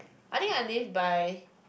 I think I live by